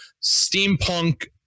steampunk